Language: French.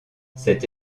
cette